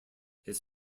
his